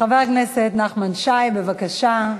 חבר הכנסת נחמן שי, בבקשה.